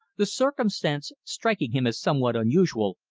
the circumstance striking him as somewhat unusual,